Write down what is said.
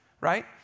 right